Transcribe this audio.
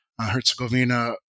Herzegovina